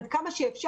עד כמה שאפשר,